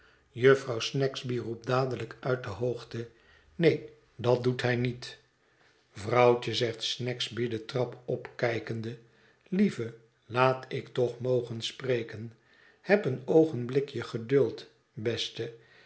jufvrouw snagsby roept dadelijk uit de hoogte neen dat doet hij niet vrouwtje zegt snagsby de trap opkijkende lieve laat ik toch mogen spreken heb een oogenblikje geduld beste